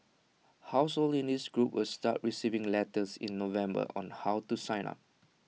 households in this group will start receiving letters in November on how to sign up